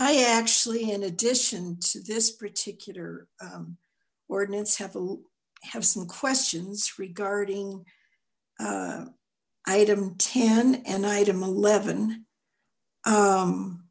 i actually in addition to this particular ordinance have have some questions regarding item ten and item eleven